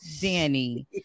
Danny